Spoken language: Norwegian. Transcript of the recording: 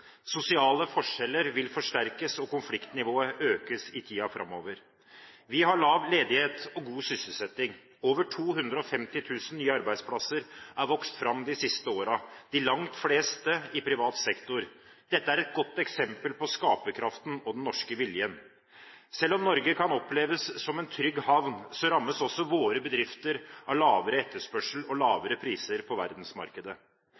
Sosiale forskjeller vil forsterkes og konfliktnivået økes i tiden framover. Vi har lav ledighet og god sysselsetting. Over 250 000 nye arbeidsplasser er vokst fram de siste årene, de langt fleste i privat sektor. Dette er et godt eksempel på skaperkraften og den norske viljen. Selv om Norge kan oppleves som en trygg havn, rammes også våre bedrifter av lavere etterspørsel og